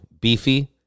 beefy